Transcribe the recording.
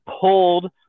pulled